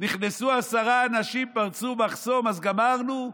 נכנסו עשרה אנשים, פרצו מחסום, אז גמרנו?